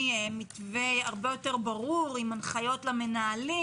מתווה יותר ברור עם הנחיות למנהלים,